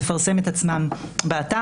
לפרסם את עצמם באתר.